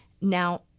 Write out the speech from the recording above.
Now